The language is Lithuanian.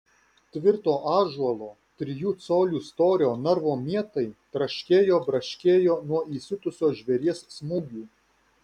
tvirto ąžuolo trijų colių storio narvo mietai traškėjo braškėjo nuo įsiutusio žvėries smūgių